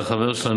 שהחבר שלנו,